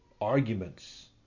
arguments